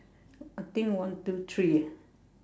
I think one two three ah